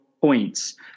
points